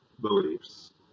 beliefs